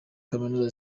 kaminuza